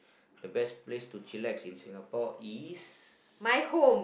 the best place to chillax in singapore is